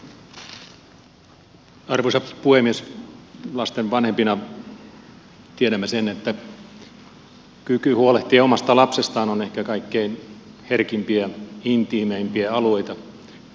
lasten vanhempina tiedämme sen että kyky huolehtia omasta lapsestaan on ehkä kaikkein herkimpiä intiimeimpiä alueita mitä meillä on